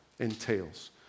Entails